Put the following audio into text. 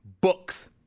books